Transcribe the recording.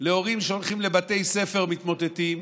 של הורים שהולכים לבתי ספר מתמוטטים.